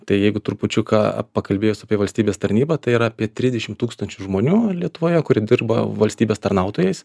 tai jeigu trupučiuką pakalbėjus apie valstybės tarnybą tai yra apie trisdešim tūkstančių žmonių lietuvoje kuri dirba valstybės tarnautojais